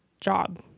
job